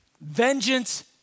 vengeance